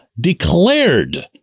declared